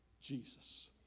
Jesus